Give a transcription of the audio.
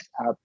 app